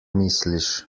misliš